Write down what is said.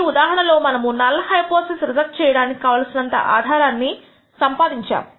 ఈ ఉదాహరణలో మనము నల్ హైపోథిసిస్ రిజెక్ట్ చేయడానికి కావలసినంత ఆధారాన్ని సంపాదించాము